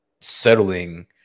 settling